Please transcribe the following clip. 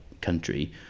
country